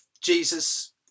Jesus